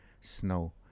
snow